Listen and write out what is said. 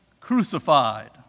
crucified